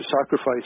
sacrifice